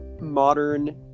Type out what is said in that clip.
modern